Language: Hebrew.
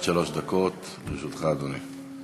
עד שלוש דקות לרשותך, אדוני.